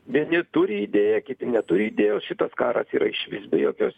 vieni turi idėją kiti neturi idėjos šitas karas yra išvis be jokios